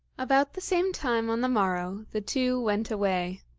about the same time on the morrow, the two went away.